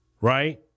Right